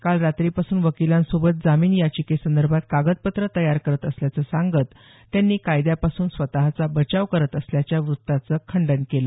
काल रात्रीपासून वकिलांसोबत जामिन याचिकेसंदर्भात कागदपत्र तयार करत असल्याचं सांगत त्यांनी कायद्यापासून स्वतःचा बचाव करत असल्याच्या वृत्ताचं खंडन केलं